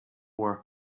were